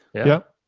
yeah.